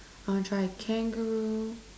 I want to try kangaroo